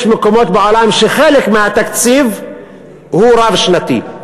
יש מקומות בעולם שחלק מהתקציב הוא רב-שנתי,